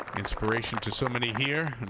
inspiration to so many here.